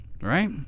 right